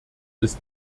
ist